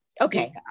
okay